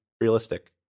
realistic